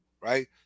Right